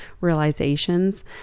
realizations